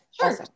Sure